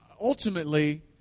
ultimately